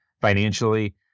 financially